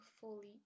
fully